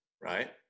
Right